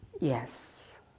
yes